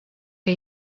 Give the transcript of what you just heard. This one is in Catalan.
que